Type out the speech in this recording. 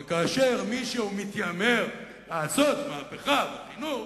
אבל כאשר מישהו מתיימר לעשות מהפכה בחינוך,